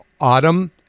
autumn